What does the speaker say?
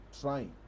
trying